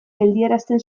geldiarazten